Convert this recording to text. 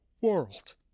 world